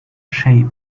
shape